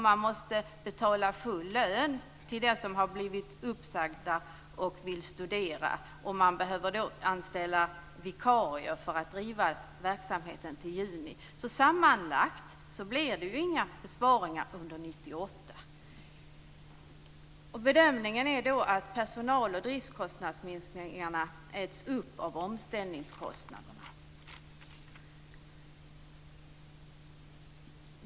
Man måste betala full lön till dem som har blivit uppsagda och som vill studera, och man behöver då anställa vikarier för att driva verksamheten till juni. Sammanlagt blir det därför inga besparingar under 1998. Bedömningen är då att personal och driftskostnadsminskningarna äts upp av omställningskostnaderna.